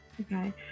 Okay